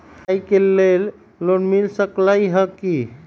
पढाई के लेल लोन मिल सकलई ह की?